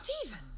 Stephen